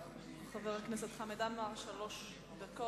חבר הכנסת חמד עמאר, לרשותך שלוש דקות.